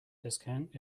discount